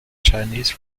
chinese